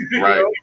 Right